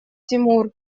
тимур